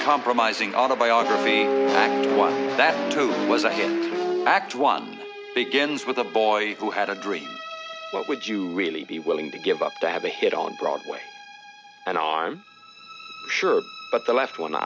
compromising autobiography one that was a huge act one begins with a boy who had a dream what would you really be willing to give up to have a hit on broadway an arm sure but the last one